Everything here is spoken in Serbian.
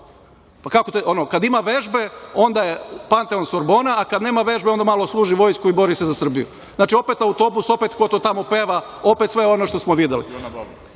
Kako? Kad ima vežbe, onda je Panteon- Sorbona, a kad nema vežbe, onda malo služi vojsku i bori se za Srbiju. Znači, opet na autobus, opet "Ko to tamo peva", opet sve ono što smo videli. Što